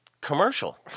commercial